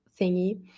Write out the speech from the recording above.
thingy